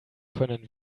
können